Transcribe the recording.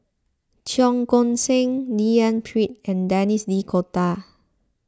Cheong Koon Seng D N Pritt and Denis D'Cotta